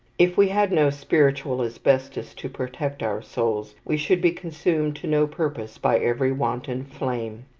if we had no spiritual asbestos to protect our souls, we should be consumed to no purpose by every wanton flame.